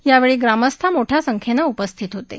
यावेळी ग्रामस्थ मोठ्या संख्येनं उपस्थित होत्या